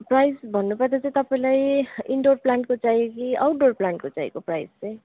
price भन्नुपर्दा चाहिँ तपाईँलाई इन्डोर प्लान्टको चाहियो कि आउटडोर प्लान्टको चाहिएको प्राइस चाहिँ